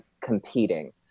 competing